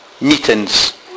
meetings